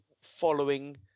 following